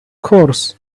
course